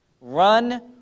Run